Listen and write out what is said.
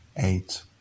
Eight